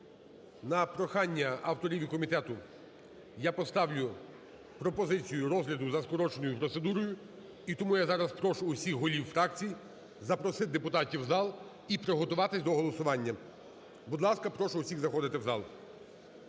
На прохання авторів і комітету я поставлю пропозицію розгляду за скороченою процедурою. І тому я зараз прошу усіх голів фракцій запросити депутатів в зал і приготуватись до голосування. Будь ласка, прошу усіх заходити в зал.